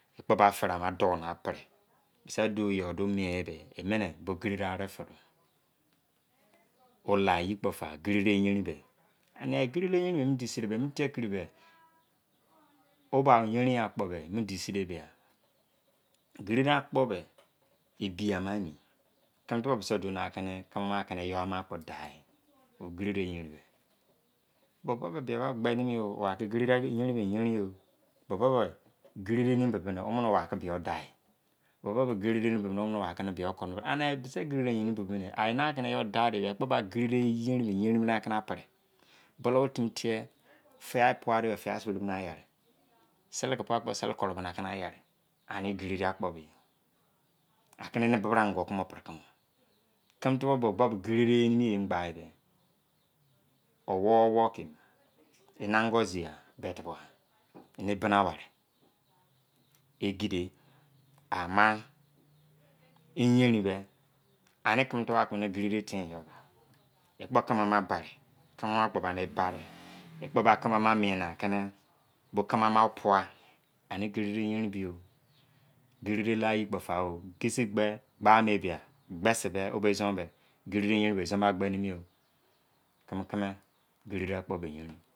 Ekpo fere don na pere sei don yo bo me ene, mene bo kiri gbo ari-feide, ok yeni kpafa, gerere yerin, gerere yerin mene di si neba, me tekiri beh, oba, yain akpo edisene beh gerere akpor beh, ebi ama emi tane tubo hana ke yoi dein men, gekere yain beh-me yerin emene tco zuo bari men, tame garere yerin keme zuo bani mi, enai ke erai da-di tepu gerere yain geria tce temema pere, bulu tu tia fia pua fia sibe ari de sele fee pa kpor, eni gerere akpo mi tcene bra tce eni son pere ku mo, keme tubo yerin tuu gekere yain bah, owon owoh tce emi eni angozi bofebe ya, enai bina wake egede, ama yerin beh ani keme tubo yenin di ekpo tceme ama bari emo keme ama miene kemi bo tceme-ama pna, ami gerere yarin bi, gerere yeni apo fa-o si ni be gba nidia gbese me ohn ison beh, gereme yerin onu hon gbe mi o.